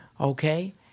okay